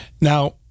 Now